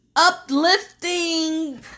uplifting